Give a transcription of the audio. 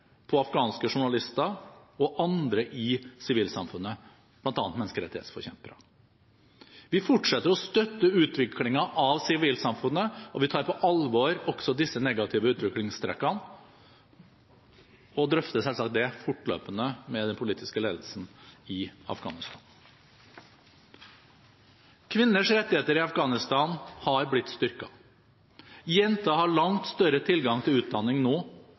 på afghanske journalister og andre i sivilsamfunnet, bl.a. menneskerettighetsforkjempere. Vi fortsetter å støtte utviklingen av sivilsamfunnet, og vi tar på alvor også disse negative utviklingstrekkene og drøfter selvsagt det fortløpende med den politiske ledelsen i Afghanistan. Kvinners rettigheter i Afghanistan har blitt styrket. Jenter har langt større tilgang til utdanning nå